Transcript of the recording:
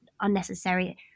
unnecessary